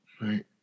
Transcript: right